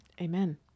Amen